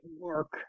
work